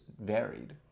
varied